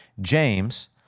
James